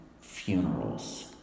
funerals